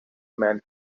man